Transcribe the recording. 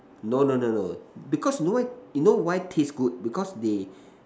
no no no no because know why you know why taste good because they